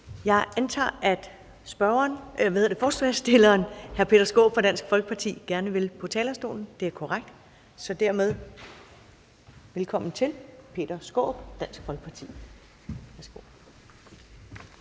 Jeg antager, at ordføreren for forespørgerne, hr. Peter Skaarup fra Dansk Folkeparti, gerne på talerstolen. Det er korrekt, så dermed velkommen til Peter Skaarup, Dansk Folkeparti.